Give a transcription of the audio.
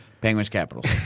Penguins-Capitals